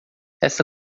esta